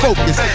Focus